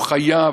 הוא חייב,